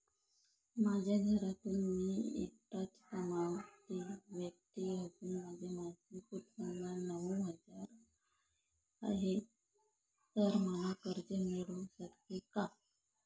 माझ्या घरातील मी एकटाच कमावती व्यक्ती असून माझे मासिक उत्त्पन्न नऊ हजार आहे, तर मला कर्ज मिळू शकते का?